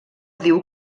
diu